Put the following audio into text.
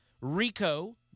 RICO